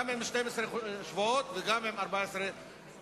גם עם 12 שבועות וגם עם 14 שבועות.